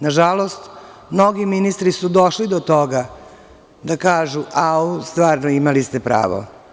Nažalost, mnogi ministri su došli do toga da kažu – au, stvarno, imali ste pravo.